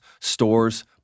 stores